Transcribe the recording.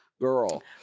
Girl